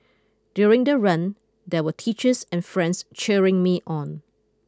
during the run there were teachers and friends cheering me on